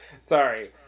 Sorry